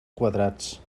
quadrats